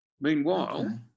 meanwhile